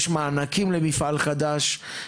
יש מענקים למפעל חדש,